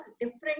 Different